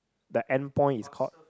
the end point is called